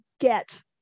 get